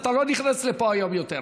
אתה לא נכנס לפה היום יותר.